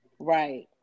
Right